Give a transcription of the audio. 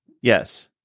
Yes